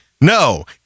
No